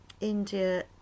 India